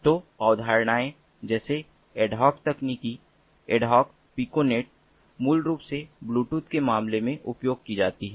तो अवधारणाएं जैसे एड हॉक तकनीकी एड हॉक पीकोनेटस मूल रूप से ब्लूटूथ के मामले में उपयोग की जाती हैं